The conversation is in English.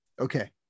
okay